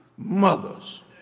mothers